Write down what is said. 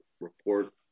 report